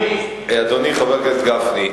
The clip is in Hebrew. אדוני חבר הכנסת גפני,